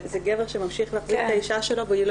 זה גבר שממשיך להחזיק את האישה שלו והיא לא